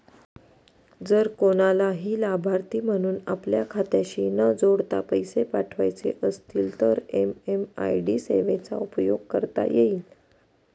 जर कुणालाही लाभार्थी म्हणून आपल्या खात्याशी न जोडता पैसे पाठवायचे असतील तर एम.एम.आय.डी सेवेचा उपयोग करता येईल